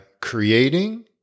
creating